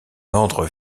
ordre